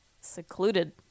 secluded